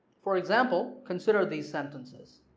for example consider these sentences